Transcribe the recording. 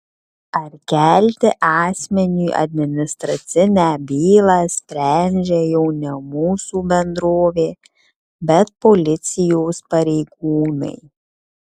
ar kelti asmeniui administracinę bylą sprendžia jau ne mūsų bendrovė bet policijos pareigūnai